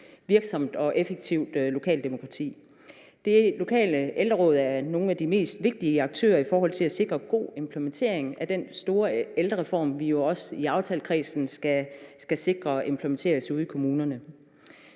virksomt og effektivt lokalt demokrati. De lokale ældreråd er nogle af de mest vigtige aktører i forhold til at sikre god implementering af den store ældrereform, vi jo også i aftalekredsen skal sikre implementeres ude i kommunerne.